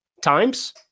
times